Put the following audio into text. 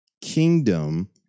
Kingdom